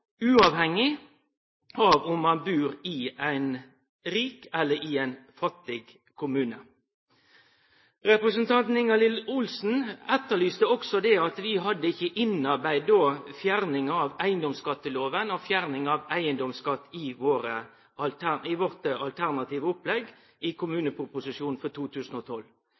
uavhengig av om ein bur i ein rik eller i ein fattig kommune. Representanten Ingalill Olsen sa også at vi ikkje hadde innarbeidd fjerninga av eigedomsskatteloven og fjerning av eigedomsskatt i vårt alternative opplegg i kommuneproposisjonen for 2012.